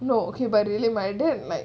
no but really dad like